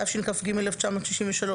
תשכ"ג-1963 ,